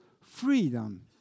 freedom